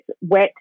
wet